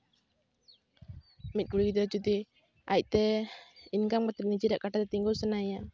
ᱢᱤᱫ ᱠᱩᱲᱤ ᱜᱤᱫᱽᱨᱟᱹ ᱡᱩᱫᱤ ᱟᱡᱛᱮ ᱤᱱᱠᱟᱢ ᱠᱟᱛᱮ ᱱᱤᱡᱮᱨᱟᱜ ᱠᱟᱴᱟᱛᱮ ᱛᱤᱸᱜᱩ ᱥᱟᱱᱟᱭᱮᱭᱟ